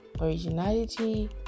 originality